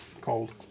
cold